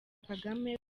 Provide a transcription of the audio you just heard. kagame